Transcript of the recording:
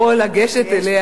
שכל ילד יכול לגשת אליה,